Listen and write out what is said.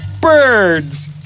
Birds